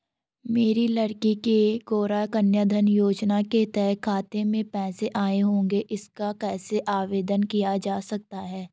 मेरी लड़की के गौंरा कन्याधन योजना के तहत खाते में पैसे आए होंगे इसका कैसे आवेदन किया जा सकता है?